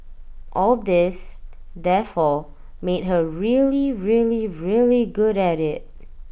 all this therefore made her really really really good at IT